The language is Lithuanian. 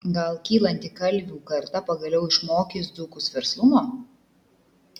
gal kylanti kalvių karta pagaliau išmokys dzūkus verslumo